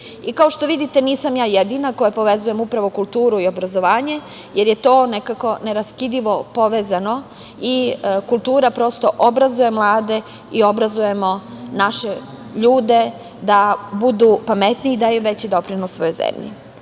Kao što vidite nisam ja jedina koja povezujem upravo kulturu i obrazovanje, jer je to nekako neraskidivo povezano i kultura prosto obrazuje mlade i obrazujemo naše ljude da budu pametniji i daju veći doprinos svojoj